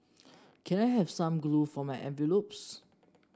can I have some glue for my envelopes